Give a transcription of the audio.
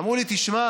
אמרו לי: תשמע,